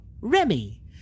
Remy